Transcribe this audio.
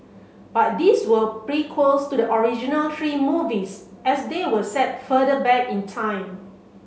but these were prequels to the original three movies as they were set further back in time